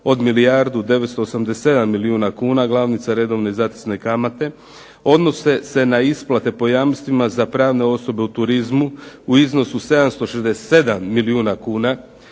od milijardu 987 milijuna kuna, glavnica redovne i zatezne kamate, odnose se na isplate po jamstvima za pravne osobe u turizmu u iznosu 767 milijuna kuna“,